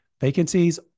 Vacancies